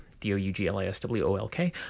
D-O-U-G-L-I-S-W-O-L-K